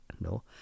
no